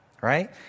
Right